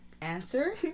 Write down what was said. answer